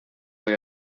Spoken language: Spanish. muy